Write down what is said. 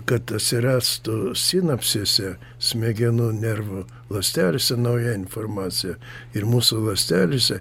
kad atsirastų sinapsėse smegenų nervų ląstelėse nauja informacija ir mūsų ląstelėse